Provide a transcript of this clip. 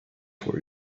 for